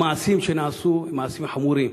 המעשים שנעשו הם מעשים חמורים.